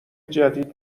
جدید